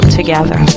together